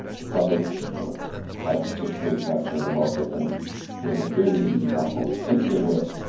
because it you know had such great traction in the market and was a fairly easy platform to integrate with,